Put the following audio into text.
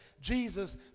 Jesus